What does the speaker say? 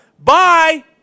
Bye